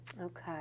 okay